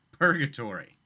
purgatory